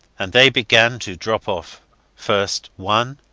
and they began to drop off first one,